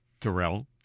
Terrell